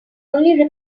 only